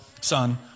Son